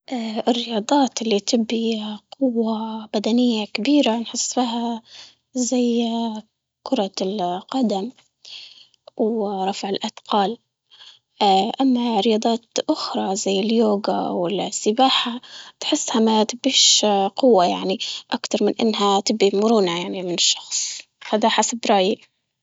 الرياضة قوة بدنية كبيرة شكلها زي كرة القدم، ورفع الأثقال، اه أما الرياضات اخرى زي اليوجا والسباحة، تحسها مع قديش اه قوة يعني، أكتر من انها تدي مرونة فده حسب رأيي.